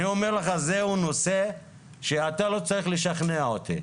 אני אומר לך, זהו נושא שאתה לא צריך לשכנע אותי.